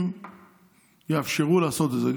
אם יאפשרו לעשות את זה.